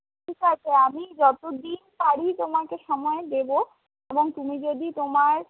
ঠিক আছে আমি যতদিন পারি তোমাকে সময় দেব এবং তুমি যদি তোমার